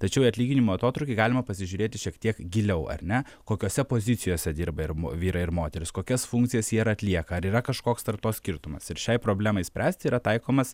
tačiau atlyginimų atotrūkį galima pasižiūrėti šiek tiek giliau ar ne kokiose pozicijose dirba ir vyrai ir moterys kokias funkcijas jie ir atlieka ar yra kažkoks tarp to skirtumas ir šiai problemai spręsti yra taikomas